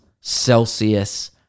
Celsius